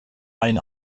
eine